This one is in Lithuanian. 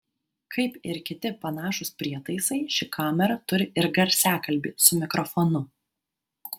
kaip ir kiti panašūs prietaisai ši kamera turi ir garsiakalbį su mikrofonu